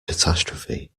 catastrophe